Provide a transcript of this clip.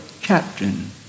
captain